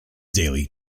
daily